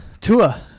Tua